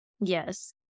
Yes